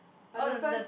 on the first